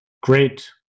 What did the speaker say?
Great